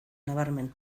nabarmen